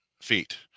feet